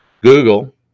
Google